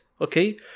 okay